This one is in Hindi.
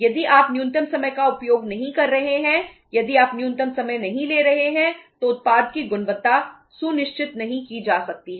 यदि आप न्यूनतम समय का उपयोग नहीं कर रहे हैं यदि आप न्यूनतम समय नहीं ले रहे हैं तो उत्पाद की गुणवत्ता सुनिश्चित नहीं की जा सकती है